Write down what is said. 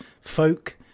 folk